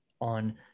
on